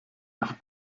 nach